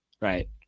Right